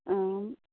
आं